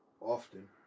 often